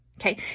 Okay